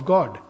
God